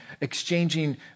exchanging